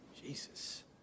Jesus